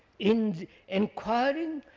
in enquiring